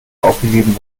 aufgegeben